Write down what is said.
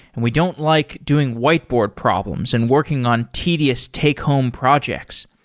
and we don't like doing whiteboard problems and working on tedious take-home projects.